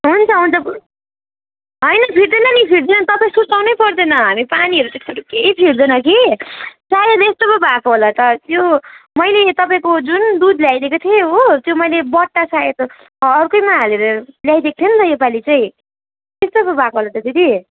हुन्छ हुन्छ होइन फिट्दैन नि फिट् त्यहाँ तपाईँ सुर्ताउनै पर्दैन हामी पानीहरू त्यस्तोहरू केही फिट्दैन कि सायद यस्तो पो भएको होला त त्यो मैले तपाईँको जुन दुध ल्याइदिएको थिएँ हो त्यो मैले बट्टा सायद अर्कैमा हालेर ल्याइदिएको थिएँ नि त यो पालि चाहिँ त्यस्तो पो भएको होला त दिदी